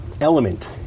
element